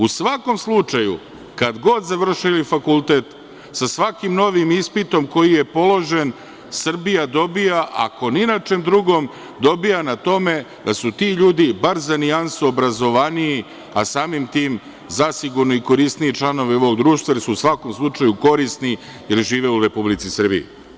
U svakom slučaju, kad god završili fakultet, sa svakim novim ispitom koji je položen, Srbija dobija, ako ni na čem drugim, dobija na tome da su ti ljudi bar za nijansu obrazovaniji, a samim tim zasigurno i korisniji članovi ovog društva, jer su u svakom slučaju korisni jer žive u Republici Srbiji.